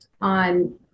On